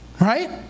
right